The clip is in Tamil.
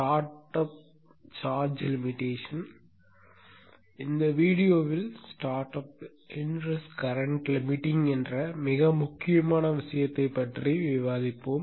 ஸ்டார்ட் அப் சர்ஜ் லிமிடேஷன் இந்த வீடியோவில் ஸ்டார்ட்அப் இன்ரஷ் கரண்ட் லிமிட்டிங் என்ற மிக முக்கியமான விஷயத்தைப் பற்றி விவாதிப்போம்